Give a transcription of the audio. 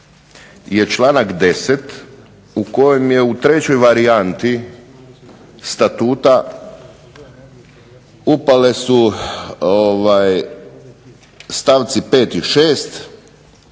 je članak 10. u kojem je u trećoj varijanti Statuta upale su članku 5. i 6.